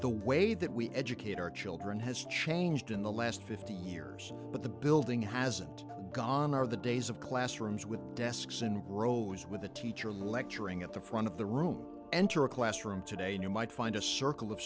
the way that we educate our children has changed in the last fifty years but the building hasn't gone are the days of classrooms with desks and rows with a teacher lecturing at the front of the room entering classroom today you might find a circle of